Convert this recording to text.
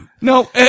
No